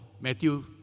Matthew